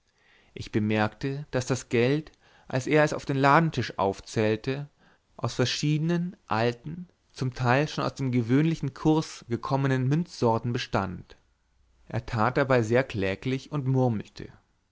ich bemerkte daß das geld als er es auf den ladentisch aufzählte aus verschiedenen alten zum teil schon ganz aus dem gewöhnlichen kurs gekommenen münzsorten bestand er tat dabei sehr kläglich und murmelte